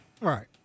Right